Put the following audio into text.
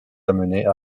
amenée